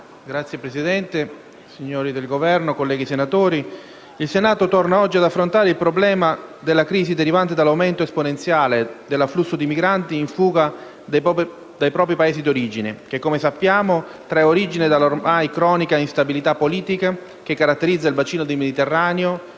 rappresentanti del Governo, onorevoli senatori, il Senato torna oggi ad affrontare il problema della crisi derivante dall'aumento esponenziale dell'afflusso di migranti in fuga dai propri Paesi d'origine, che, come sappiamo, trae origine dall'ormai cronica instabilità politica che caratterizza il bacino del Mediterraneo